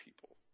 people